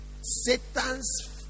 Satan's